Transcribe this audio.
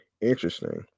Interesting